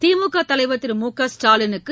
திமுக தலைவர் திரு மு க ஸ்டாலினுக்கு